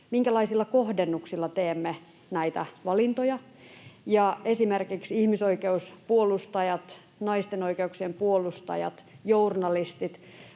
minkälaisilla kohdennuksilla teemme näitä valintoja. Esimerkiksi ihmisoikeuspuolustajat, naisten oikeuksien puolustajat ja journalistit